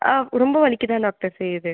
ஆ ரொம்ப வலிக்க தான் டாக்டர் செய்யுது